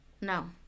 No